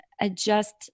adjust